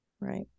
right